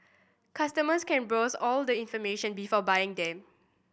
customers can browse all the information before buying them